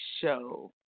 show